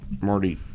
Marty